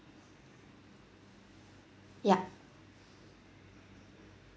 yup